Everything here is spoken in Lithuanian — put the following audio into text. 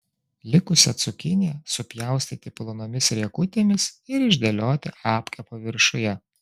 likusią cukiniją supjaustyti plonomis riekutėmis ir išdėlioti apkepo viršuje